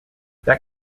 that